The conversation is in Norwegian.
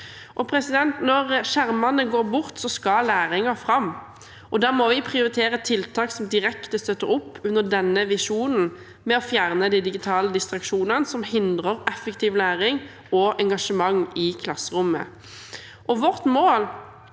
standarder. Når skjermene går bort, skal læringen fram. Da må vi prioritere tiltak som direkte støtter opp under denne visjonen ved å fjerne de digitale distraksjonene som hindrer effektiv læring og engasjement i klasserommet. Vårt mål